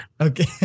okay